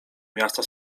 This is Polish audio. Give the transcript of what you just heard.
miasta